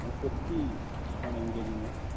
ᱯᱨᱚᱛᱤ ᱤᱝᱨᱮᱡᱤ ᱪᱟᱸᱫᱳ